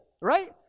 right